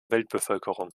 weltbevölkerung